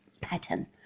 pattern